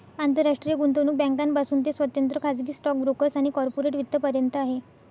आंतरराष्ट्रीय गुंतवणूक बँकांपासून ते स्वतंत्र खाजगी स्टॉक ब्रोकर्स आणि कॉर्पोरेट वित्त पर्यंत आहे